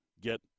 get